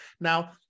now